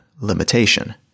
limitation